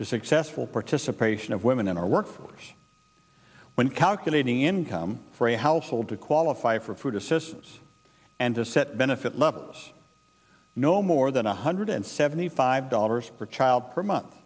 to successful participation of women in our workforce when calculating income for a household to qualify for food assistance and to set benefit levels no more than one hundred seventy five dollars per child per month